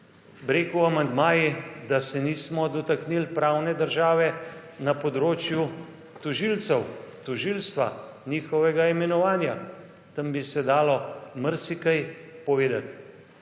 tam amandmaji, da se nismo dotaknili pravne države na področju tožilcev, tožilstva, njihovega imenovanja; tam bi se dalo marsikaj povedati.